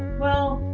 well.